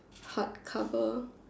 hard cover